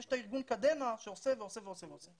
יש את הארגון 'קדנה' שעושה ועושה ועושה.